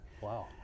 Wow